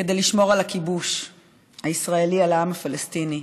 כדי לשמור על הכיבוש הישראלי על העם הפלסטיני.